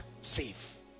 safe